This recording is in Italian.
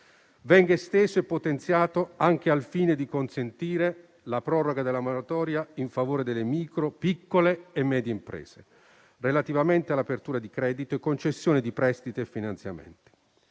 venga esteso e potenziato anche al fine di consentire la proroga della moratoria in favore delle micro, piccole e medie imprese relativamente all'apertura di credito e concessione di prestiti e finanziamenti.